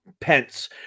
Pence